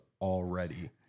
already